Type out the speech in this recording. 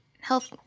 health